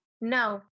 No